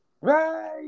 right